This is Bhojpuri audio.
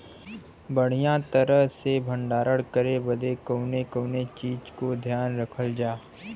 बढ़ियां तरह से भण्डारण करे बदे कवने कवने चीज़ को ध्यान रखल जा?